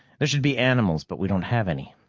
there should be animals, but we don't have any.